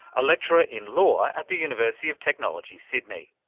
a lecturer in law at the university of technology, sydney.